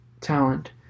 talent